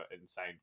insane